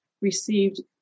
received